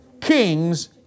kings